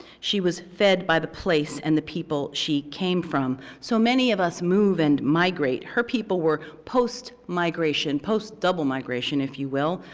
she was fed by the place and the people she came from. so many of us move and migrate. her people were post migration, post double migration, if you will.